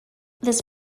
this